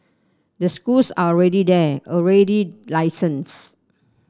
the schools are already there already licenses